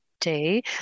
day